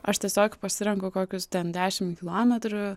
aš tiesiog pasirenku kokius ten dešimt kilometrų